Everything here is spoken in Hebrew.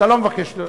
לא, אני לא מבקש.